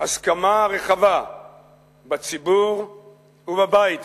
הסכמה רחבה בציבור ובבית הזה,